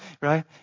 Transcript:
Right